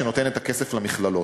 שנותנת את הכסף למכללות.